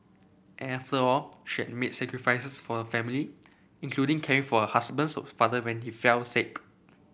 after all she had made sacrifices for the family including caring for her husband's of father when he fell sick